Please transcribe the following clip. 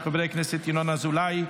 של חברי הכנסת ינון אזולאי,